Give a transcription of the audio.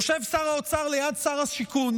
יושב שר האוצר ליד שר השיכון